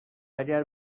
اگر